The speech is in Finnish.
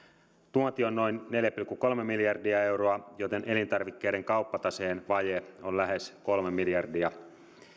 tuonti on noin neljä pilkku kolme miljardia euroa joten elintarvikkeiden kauppataseen vaje on lähes kolme miljardia